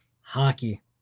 hockey